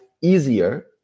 easier